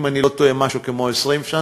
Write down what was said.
אם אני לא טועה, משהו כמו 20 שנה,